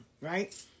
right